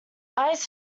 eyes